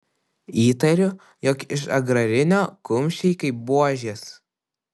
įtariu jog iš agrarinio kumščiai kaip buožės